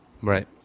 Right